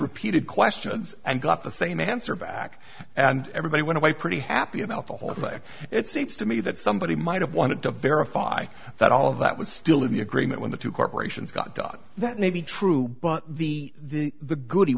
repeated questions and got the same answer back and everybody went away pretty happy about the horrific it seems to me that somebody might have wanted to verify that all of that was still in the agreement when the two corporations got done that may be true but the the the good